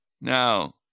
Now